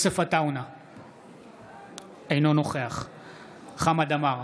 אינו נוכח חמד עמאר,